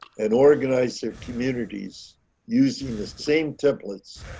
and organized their communities using the same templates